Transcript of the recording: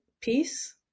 piece